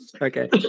Okay